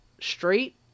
straight